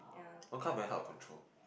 what kind of very hard to control